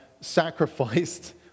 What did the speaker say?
sacrificed